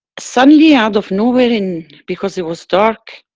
suddenly, out of nowhere in. because it was dark.